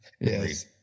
Yes